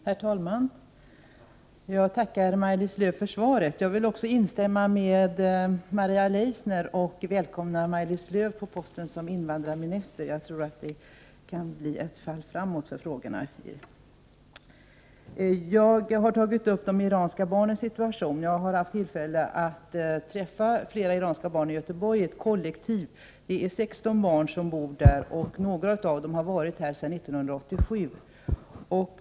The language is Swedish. Herr talman! Jag tackar Maj-Lis Lööw för svaret. Jag vill också instämma med Maria Leissner och välkomna Maj-Lis Lööw på posten som invandrarminister. Jag tror att det kan bli ett fall framåt för frågorna. Jag har tagit upp de iranska barnens situation. Jag har haft tillfälle att träffa flera iranska barn i Göteborg i ett kollektiv, där det bor 16 barn. Några av dem har varit i Sverige sedan 1987.